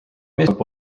meeskond